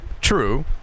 True